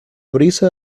brisa